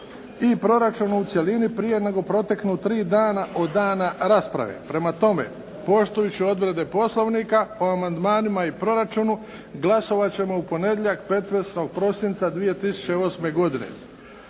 i proračunu u cjelini prije nego proteknu tri dana od dana rasprave. Prema tome, poštujući odredbe poslovnika o amandmanima i proračunu glasovat ćemo u ponedjeljak 15. prosinca 2008. godine.